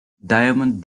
diamond